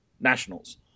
nationals